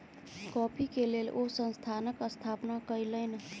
coffee के लेल ओ संस्थानक स्थापना कयलैन